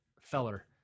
feller